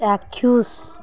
ଚାକ୍ଷୁଷ